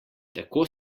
tako